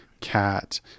cat